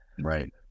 Right